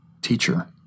Teacher